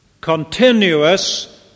continuous